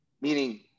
meaning